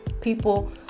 people